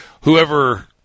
whoever